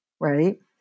right